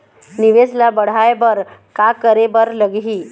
निवेश ला बड़हाए बर का करे बर लगही?